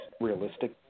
realistic